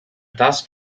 task